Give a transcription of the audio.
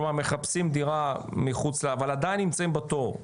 כלומר, מחפשים דירה מחוץ, אבל עדיין נמצאים בתור.